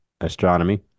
astronomy